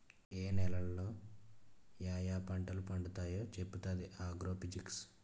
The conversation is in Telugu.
ఏ నేలలో యాయా పంటలు పండుతావో చెప్పుతాది ఆగ్రో ఫిజిక్స్